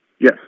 Yes